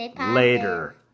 Later